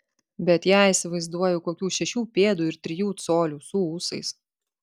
bet ją įsivaizduoju kokių šešių pėdų ir trijų colių su ūsais